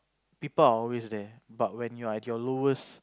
people are always there but when you're at your lowest